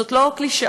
זו לא קלישאה.